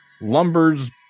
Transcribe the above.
lumbers